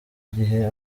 gihe